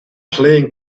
playing